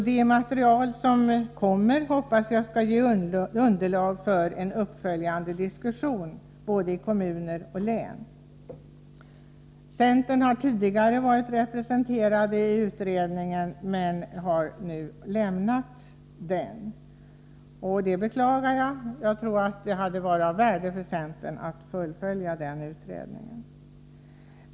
Det material som kommer hoppas jag skall ge underlag för en uppföljande diskussion i både kommuner och län. Centern har tidigare varit representerad i utredningen men har nu lämnat den. Det beklagar jag. Jag tror det hade varit av värde för centern att fullfölja utredningen.